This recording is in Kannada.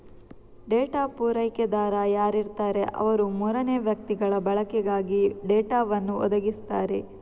ಡೇಟಾ ಪೂರೈಕೆದಾರ ಯಾರಿರ್ತಾರೆ ಅವ್ರು ಮೂರನೇ ವ್ಯಕ್ತಿಗಳ ಬಳಕೆಗಾಗಿ ಡೇಟಾವನ್ನು ಒದಗಿಸ್ತಾರೆ